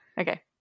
Okay